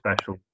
special